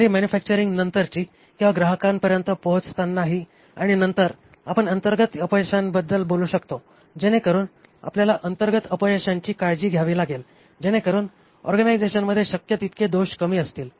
जरी मॅन्युफॅक्चरिंग नंतरही किंवा ग्राहकांपर्यंत पोहोचतांनाही आणि नंतर आपण अंतर्गत अपयशांबद्दल बोलू शकतो जेणेकरुन आपल्याला अंतर्गत अपयशांची काळजी घ्यावी लागेल जेणेकरून ऑर्गनायझेशनमध्ये शक्य तितके कमी दोष असतील